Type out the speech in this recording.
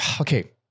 okay